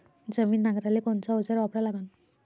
जमीन नांगराले कोनचं अवजार वापरा लागन?